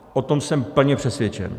O tom jsem plně přesvědčen.